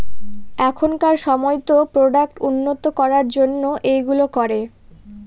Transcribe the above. এখনকার সময়তো প্রোডাক্ট উন্নত করার জন্য এইগুলো করে